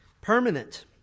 Permanent